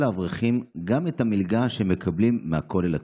לאברכים גם את המלגה שהם מקבלים מהכולל עצמו: